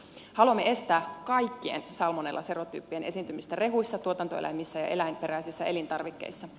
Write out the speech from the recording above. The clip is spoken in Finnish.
haluamme estää kaikkien salmonellaserotyyppien esiintymistä rehuissa tuotantoeläimissä ja eläinperäisissä elintarvikkeissa